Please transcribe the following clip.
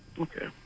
Okay